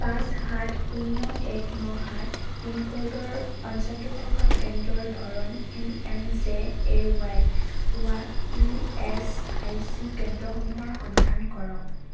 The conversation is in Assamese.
পাঁচ সাত শূন্য এক ন সাত পিনক'ডৰ অঞ্চলটোত থকা কেন্দ্ৰৰ ধৰণ P M J A Y হোৱা ই এছ আই চি কেন্দ্ৰসমূহৰ সন্ধান কৰক